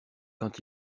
quand